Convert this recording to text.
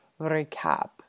recap